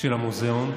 של המוזיאון.